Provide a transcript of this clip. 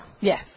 Yes